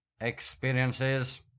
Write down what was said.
experiences